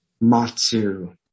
Matsu